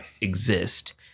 exist